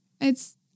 It's-